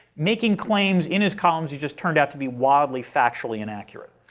making claims in his columns he just turned out to be wildly factually inaccurate.